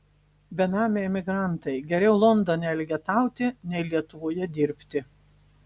benamiai emigrantai geriau londone elgetauti nei lietuvoje dirbti